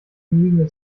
miene